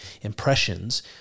impressions